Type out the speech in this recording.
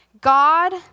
God